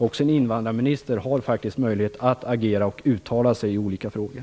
Också en invandrarminister har faktiskt möjlighet att agera och uttala sig i olika frågor.